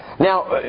Now